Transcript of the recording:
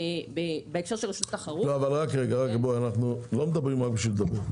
בהקשר של רשות תחרות- -- אנו לא מדברים רק בשביל לדבר.